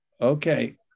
Okay